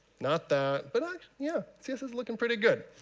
not that, but yeah, this is looking pretty good.